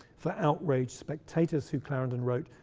for outraged spectators, who clarendon wrote,